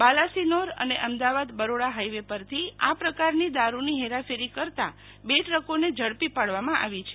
બાલાસીનોર અને અમદાવાદ બરોડા હાઈવે પરથી આ પ્રકારની દારુની હેરફેરી કરતા બે ટ્રકો ઝડપી પાડવામાં આવી છે